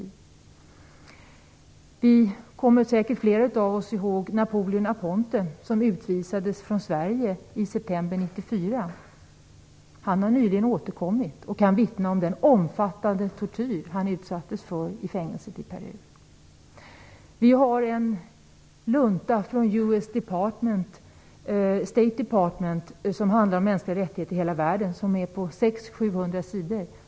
Flera av oss kommer säkert ihåg Napoleon Aponte som utvisades från Sverige i september 1994. Han har nyligen återkommit och kan vittna om den omfattande tortyr han utsattes för i fängelset i Peru. Vi har en lunta från US State Department som handlar om de mänskliga rättigheterna i hela världen. Den är på 600-700 sidor.